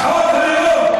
הוא אמור להיות פה?